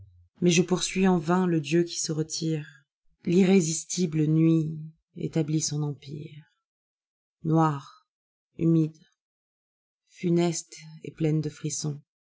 mais je poursuis en vain le dieu qui se retire l'irrésistible nuit établit son empire noire humide funeste et pleine de frissons